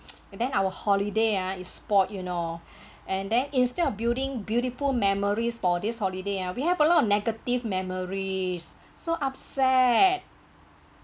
and then our holiday ah is spoiled you know and then instead of building beautiful memories for this holiday ah we have a lot negative memories so upset